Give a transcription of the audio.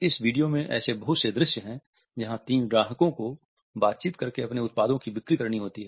इस वीडियो में ऐसे बहुत से दृश्य हैं जहां तीन ग्राहकों को बातचीत करके अपने उत्पादों की बिक्री करनी होती है